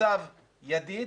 ניצב ידיד